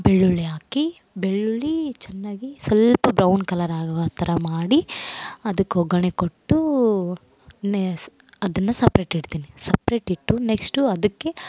ಬೆಳ್ಳುಳ್ಳಿ ಹಾಕಿ ಬೆಳ್ಳುಳ್ಳಿ ಚೆನ್ನಾಗಿ ಸ್ವಲ್ಪ ಬ್ರೌನ್ ಕಲರ್ ಆಗುವ ಥರ ಮಾಡಿ ಅದಕ್ಕೆ ಒಗ್ಗರಣೆ ಕೊಟ್ಟು ನೆಸ್ ಅದನ್ನು ಸಪ್ರೇಟ್ ಇಡ್ತೀನಿ ಸಪ್ರೇಟ್ ಇಟ್ಟು ನೆಕ್ಸ್ಟ್ ಅದಕ್ಕೆ